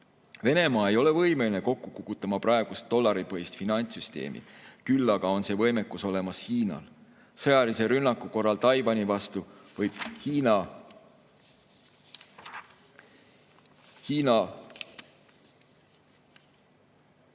Venemaa ei ole võimeline kokku kukutama praegust dollaripõhist finantssüsteemi. Küll aga on see võimekus olemas Hiinal. Sõjalise rünnaku korral Taiwani vastu võib Hiina viia